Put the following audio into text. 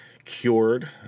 Cured